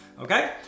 Okay